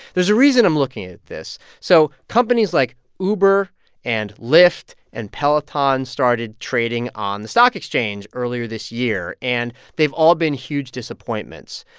there's a reason i'm looking at this. so companies like uber and lyft and peloton started trading on the stock exchange earlier this year, and they've all been huge disappointments.